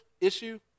issue